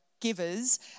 givers